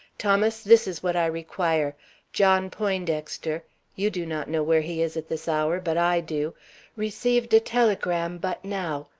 thomas, this is what i require john poindexter you do not know where he is at this hour, but i do received a telegram but now,